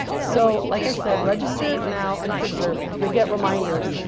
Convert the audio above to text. so like i said, register it now and preserve it. you'll get reminders,